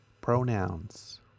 pronouns